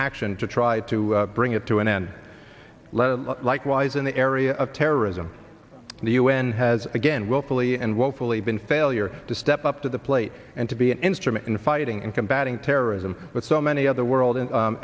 action to try to bring it to an end likewise in the area of terrorism the un has again willfully and woefully been failure to step up to the plate and to be an instrument in fighting and combating terrorism with so many other world and